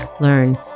learn